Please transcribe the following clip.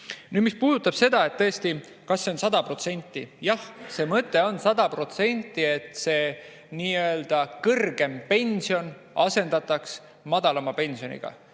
mis puudutab seda, kas see on 100%. Jah, see mõte on see, et see nii-öelda kõrgem pension asendataks madalama pensioniga